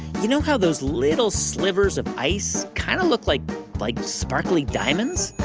you know how those little slivers of ice kind of look like like sparkly diamonds?